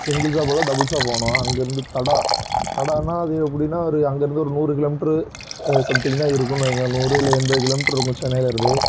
சிங்கில்ஸாக போலாம் டபுள்ஸாக போனோம் அங்கேருந்து தடா தடான்னா அது எப்படினா ஒரு அங்கேருந்து ஒரு நூறு கிலோ மீட்டரு சம்திங்க்காகதான் இருக்குதுனு வைங்க நூறு இல்லை என்பது கிலோமீட்டருக்கும் சென்னையிலருந்து